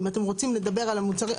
אם אתם רוצים לדבר על המוצרים,